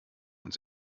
uns